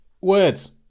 words